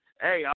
Hey